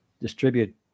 distribute